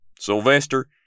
Sylvester